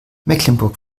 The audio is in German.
mecklenburg